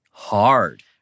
hard